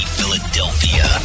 Philadelphia